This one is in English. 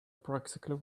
practically